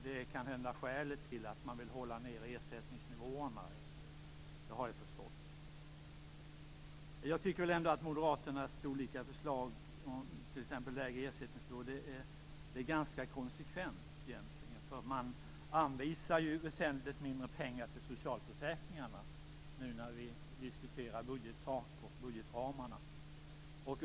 Det är kanhända skälet till att man vill hålla nere ersättningsnivåerna. Det har jag förstått. Jag tycker ändå att Moderaternas olika förslag, t.ex. om lägre ersättningsnivå, är ganska konsekventa. Man anvisar ju väsentligt mindre pengar till socialförsäkringarna nu när vi diskuterar budgettak och budgetramar.